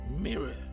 mirror